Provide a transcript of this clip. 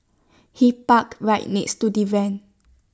he parked right next to the van